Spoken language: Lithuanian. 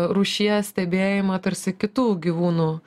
rūšies stebėjimą tarsi kitų gyvūnų